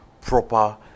proper